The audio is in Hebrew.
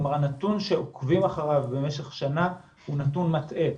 כלומר הנתון שעוקבים אחריו במשך שנה הוא נתון מטעה.